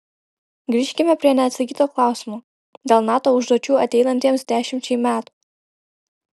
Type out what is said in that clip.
grįžkime prie neatsakyto klausimo dėl nato užduočių ateinantiems dešimčiai metų